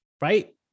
right